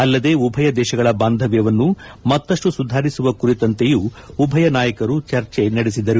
ಅಲ್ಲದೆ ಉಭಯ ದೇಶಗಳ ಬಾಂದವ್ನವನ್ನು ಮತ್ತಷ್ನು ಸುಧಾರಿಸುವ ಕುರಿತಂತೆಯೂ ಉಭಯ ನಾಯಕರು ಚರ್ಚೆ ನೆಡೆಸಿದರು